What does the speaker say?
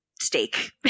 steak